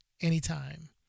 anytime